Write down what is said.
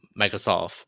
Microsoft